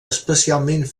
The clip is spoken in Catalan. especialment